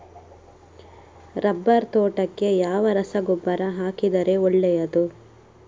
Rubber ತೋಟಕ್ಕೆ ಯಾವ ರಸಗೊಬ್ಬರ ಹಾಕಿದರೆ ಒಳ್ಳೆಯದು?